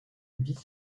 vice